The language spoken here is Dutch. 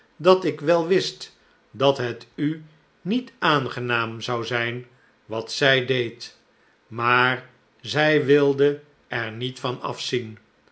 dat ik wel wist dat het u niet aangenaam zou zijn wat zij deed maar zij wilde er niet van afzien